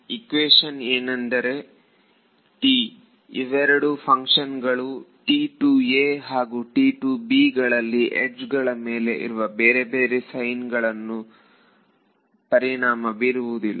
equation ಏನೆಂದರೆ T ಇವೆರಡು function ಗಳು ಹಾಗೂ ಗಳಲ್ಲಿ ಯಡ್ಜ್ ಗಳ ಮೇಲೆ ಇರುವ ಬೇರೆ ಬೇರೆ ಸೈನ್ಗಳು ಪರಿಣಾಮ ಬೀರುವುದಿಲ್ಲ